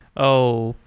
oh,